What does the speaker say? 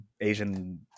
Asian